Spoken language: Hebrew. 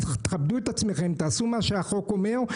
תכבדו את עצמכם, תעשו מה שהחוק אומר.